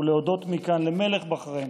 ולהודות מכאן למלך בחריין,